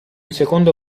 secondo